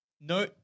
No